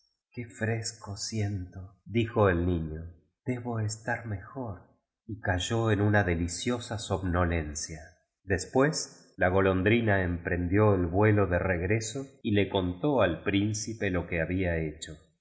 fresco sientol dijo el niño debo estar mejor y cayó en una deliciosa somnolencia después la golondrina emprendió el vuelo do regreso y le contó al príncipe lo que habla hecho